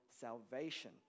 salvation